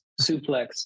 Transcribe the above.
suplex